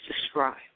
describe